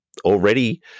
already